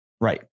Right